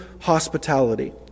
hospitality